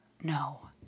no